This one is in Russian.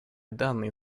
данные